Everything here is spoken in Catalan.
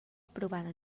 aprovada